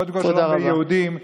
קודם כול שלום בין היהודים,